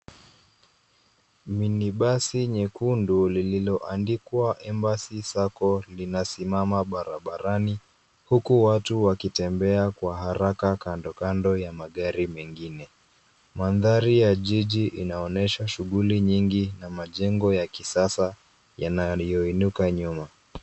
Minibasi nyekundu lililoandikwa Embassy Sacco linasimama barabarani huku watu wakitembea kwa haraka kandkando ya magari mengine. Mandhari ya jiji inaonesha shughuli nyingi na majengo ya kisasa yanayoinuka nyuma.